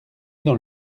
dans